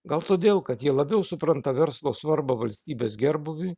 gal todėl kad jie labiau supranta verslo svarbą valstybės gerbūviui